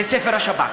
זה ספר השב"כ,